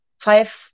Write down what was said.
five